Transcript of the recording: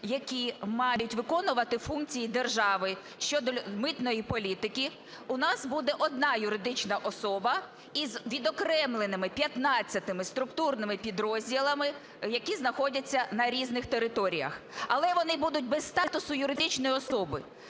які мають виконувати функції держави щодо митної політики, у нас буде одна юридична особа з відокремленими 15 структурними підрозділами, які знаходяться на різних територіях, але вони будуть без статусу юридичної особи.